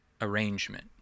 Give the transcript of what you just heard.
arrangement